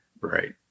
Right